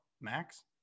max